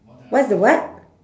what's the what